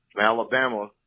Alabama